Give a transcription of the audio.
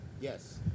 Yes